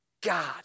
God